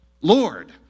Lord